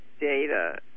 data